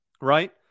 right